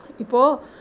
Ipo